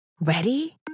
Ready